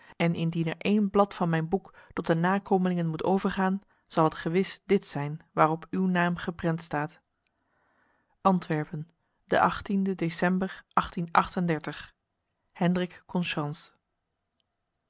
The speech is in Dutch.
en indien er één blad van mijn boek tot de nakomelingen moet overgaan zal het gewis dit zijn waarop uw naam geprent staat antwerpen de december hendrik